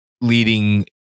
leading